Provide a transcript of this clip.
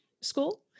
school